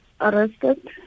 arrested